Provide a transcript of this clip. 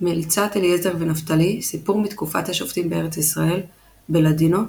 מליצת אליעזר ונפתלי – סיפור מתקופת השופטים בארץ ישראל בלאדינו,